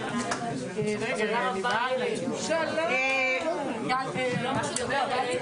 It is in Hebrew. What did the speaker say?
ננעלה בשעה 11:03.